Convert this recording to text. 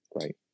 Right